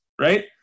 Right